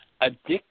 addict